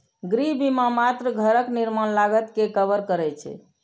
गृह बीमा मात्र घरक निर्माण लागत कें कवर करै छै